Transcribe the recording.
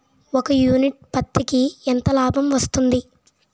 ఒక యూనిట్ పత్తికి ఎంత లాభం వస్తుంది?